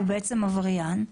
הוא בעצם עבריין,